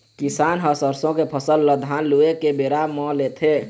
किसान ह सरसों के फसल ल धान लूए के बेरा म लेथे